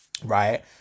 right